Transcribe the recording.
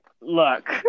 Look